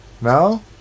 No